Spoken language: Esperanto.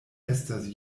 estas